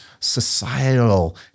societal